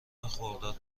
خرداد